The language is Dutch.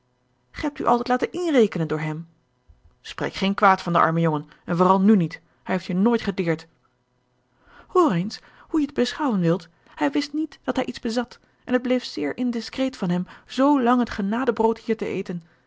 gij hebt u altijd laten inrekenen door hem spreek geen kwaad van den armen jongen en vooral nu niet hij heeft je nooit gedeerd hoor eens hoe je het beschouwen wilt hij wist niet dat hij iets bezat en het bleef zeer indiscreet van hem zoo lang het genadebrood hier te eten